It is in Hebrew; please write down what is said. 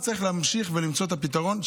צריך להמשיך ולמצוא את הפתרון,